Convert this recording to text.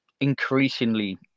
increasingly